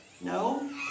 No